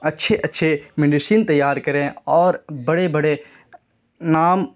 اچھے اچھے میڈیشین تیار کریں اور بڑے بڑے نام